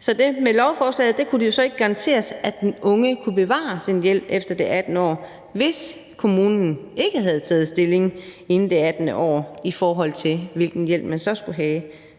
Så med lovforslaget kunne det ikke garanteres, at den unge kunne bevare sin hjælp efter det 18. år, hvis kommunen ikke havde taget stilling inden det 18. år til, hvilken hjælp man så skulle have.